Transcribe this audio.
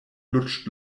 lutscht